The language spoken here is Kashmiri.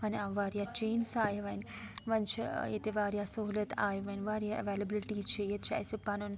وۄنۍ آو واریاہ چینٛجِز آیہِ وۄنۍ وۄنۍ چھِ ییٚتہِ واریاہ سہوٗلیت آیہِ وۄنۍ واریاہ ایٚویلیبٕلٹی چھِ ییٚتہِ چھُ اسہِ پَنُن